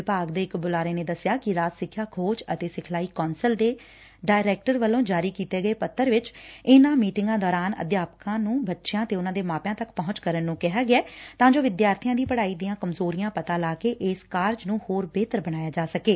ਵਿਭਾਗ ਦੇ ਇਕ ਬੁਲਾਰੇ ਨੈ ਦਸਿਆ ਕਿ ਰਾਜ ਸਿੱਖਿਆ ਖੋਜ ਅਤੇ ਸਿਖਲਾਈ ਕੌਂਸਲ ਦੇ ਡਾਇਰੈਕਟਰ ਵੱਲੋਂ ਜਾਰੀ ਕੀਤੇ ਗਏ ਪੱਤਰ ਵਿਚ ਇਨਾਂ ਮੀਟਿੰਗ ਦੌਰਾਨ ਅਧਿਆਪਕਾਂ ਨੂੰ ਬੱਚਿਆਂ ਤੇ ਉਨੂਾਂ ਦੇ ਮਾਪਿਆਂ ਤੱਕ ਪਹੂੰਚ ਕਰਨ ਨੂੰ ਕਿਹਾ ਗਿਐ ਤਾਂ ਜੋ ਵਿਦਿਆਰਬੀਆ ਦੀ ਪੜਾਈ ਦੀਆ ਕਮਜੋਰੀਆ ਪਤਾ ਲਾਕੇ ਇਸ ਕਾਰਜ ਨੂੰ ਹੋਰ ਬਿਹਤਰ ਬਣਾਇਆ ਜਾ ਸਕੇ